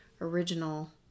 original